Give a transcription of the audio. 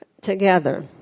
together